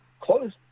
close